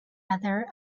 other